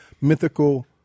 mythical